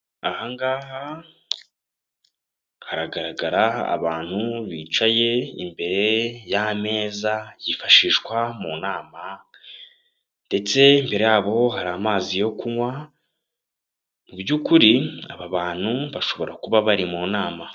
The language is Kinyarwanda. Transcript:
Aha ngaha hagaragara abantu bicaye imbere y'ameza yifashishwa mu nama, ndetse imbere yabo hari amazi yo kunywa, mu by'ukuri aba bantu bashobora kuba bari mu nama.